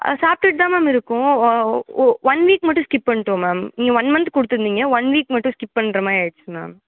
அது சாப்பிட்டுட்டு தான் மேம் இருக்கோம் ஒ ஒ ஒன் வீக் மட்டும் ஸ்கிப் பண்ணிட்டோம் மேம் நீங்கள் ஒன் மந்த் கொடுத்துருந்தீங்க ஒன் வீக் மட்டும் ஸ்கிப் பண்ணுற மாதிரி ஆகிருச்சு மேம்